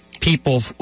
People